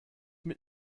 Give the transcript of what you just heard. mit